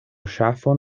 ŝafon